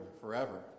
forever